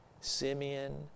Simeon